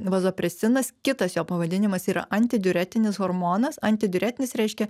vazopresinas kitas jo pavadinimas yra antidiuretinis hormonas antidiuretinis reiškia